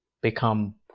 become